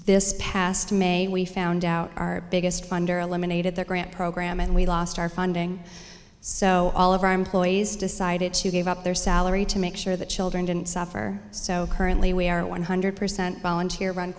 this past may we found out our biggest funder eliminated the grant program and we lost our funding so all of our employees decided to give up their salary to make sure the children didn't suffer so currently we are a one hundred percent volunteer run